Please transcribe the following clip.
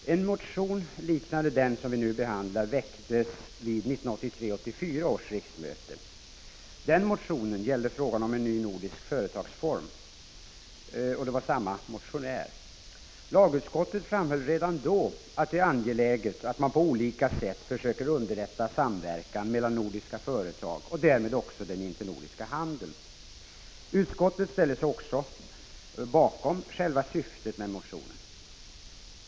Herr talman! En motion liknande den som vi nu behandlar väcktes vid 1983/84 års riksmöte. Den motionen gällde frågan om en ny nordisk företagsform — och det var samma motionär. Lagutskottet framhöll redan då att det är angeläget att man på olika sätt försöker underlätta samverkan mellan nordiska företag och därmed också den internordiska handeln. Utskottet ställde sig också bakom själva syftet med motionen.